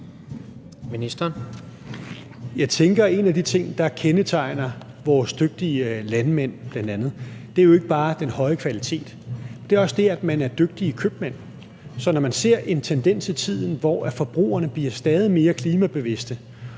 en af de ting, der kendetegner vores dygtige landmænd, ikke bare er den høje kvalitet. Det er også det, at man er dygtige købmænd, så når man ser en tendens i tiden, hvor forbrugerne bliver stadig mere klimabevidste